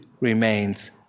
remains